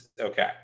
Okay